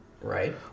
right